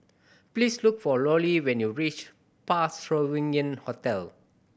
please look for Lollie when you reach Parc Sovereign Hotel